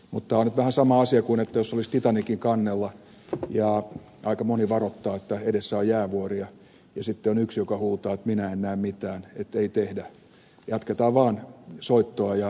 mutta tämä on nyt vähän sama kuin jos olisi titanicin kannella ja aika moni varoittaa että edessä on jäävuoria ja sitten yksi huutaa että minä en näe mitään ja sen vuoksi ei tehtäisi mitään jatketaan vaan soittoa ja hauskanpitoa